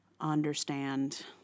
understand